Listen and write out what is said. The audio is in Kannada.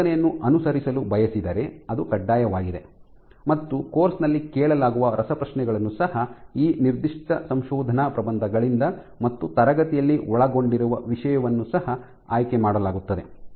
ನೀವು ಬೋಧನೆಯನ್ನು ಅನುಸರಿಸಲು ಬಯಸಿದರೆ ಅದು ಕಡ್ಡಾಯವಾಗಿದೆ ಮತ್ತು ಕೋರ್ಸ್ ನಲ್ಲಿ ಕೇಳಲಾಗುವ ರಸಪ್ರಶ್ನೆಗಳನ್ನು ಸಹ ಈ ನಿರ್ದಿಷ್ಟ ಸಂಶೋಧನಾ ಪ್ರಬಂಧಗಳಿಂದ ಮತ್ತು ತರಗತಿಯಲ್ಲಿ ಒಳಗೊಂಡಿರುವ ವಿಷಯವನ್ನು ಸಹ ಆಯ್ಕೆ ಮಾಡಲಾಗುತ್ತದೆ